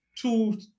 two